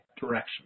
direction